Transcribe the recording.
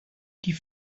die